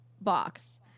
box